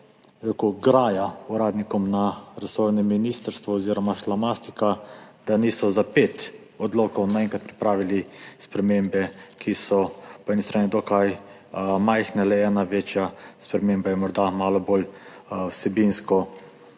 rekel, ograja uradnikom na resornem ministrstvu oziroma šlamastika, da niso za pet odlokov naenkrat pripravili sprememb, ki so po eni strani dokaj majhne, le ena večja sprememba je morda malo bolj vsebinsko